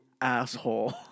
asshole